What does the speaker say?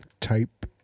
type